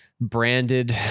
branded